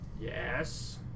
yes